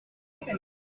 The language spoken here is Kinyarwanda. gihe